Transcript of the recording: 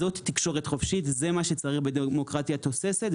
זאת תקשורת חופשית, זה מה שצריך בדמוקרטיה תוססת.